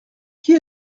qui